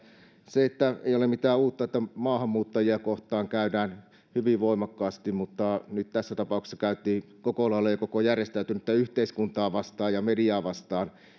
ei ole mitään uutta että maahanmuuttajia kohtaan käydään hyvin voimakkaasti mutta nyt tässä tapauksessa käytiin koko lailla jo koko järjestäytynyttä yhteiskuntaa vastaan ja mediaa vastaan